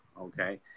Okay